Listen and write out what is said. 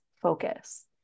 focus